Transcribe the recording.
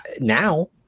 now